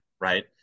Right